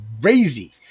crazy